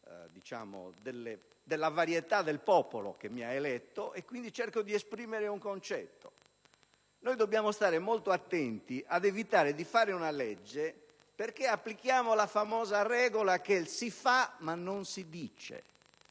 tutta la varietà del popolo che mi ha eletto e quindi cerco di esprimere un concetto: dobbiamo stare molto attenti ad evitare di fare una legge applicando la regola del «si fa ma non si dice»,